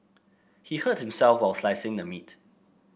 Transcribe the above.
he hurt himself while slicing the meat